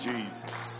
Jesus